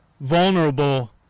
vulnerable